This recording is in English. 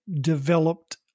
developed